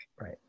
Right